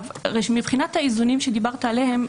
מבחינת האיזונים שדיברת עליהם,